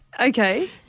Okay